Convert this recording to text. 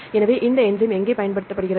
எனவே இந்த என்ஸைம் எங்கே பயன்படுத்தப்படுகிறது